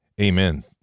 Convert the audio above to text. Amen